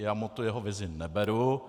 Já mu tu jeho vizi neberu.